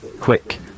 Quick